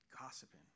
gossiping